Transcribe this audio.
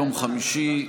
יום חמישי,